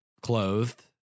Clothed